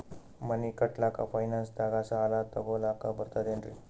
ಮನಿ ಕಟ್ಲಕ್ಕ ಫೈನಾನ್ಸ್ ದಾಗ ಸಾಲ ತೊಗೊಲಕ ಬರ್ತದೇನ್ರಿ?